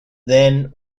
then